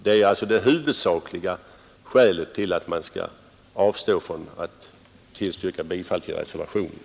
Det är det huvudsakliga skälet till att man bör avstå från att tillstyrka bifall till reservationen.